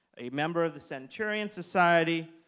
a member of the centurion society,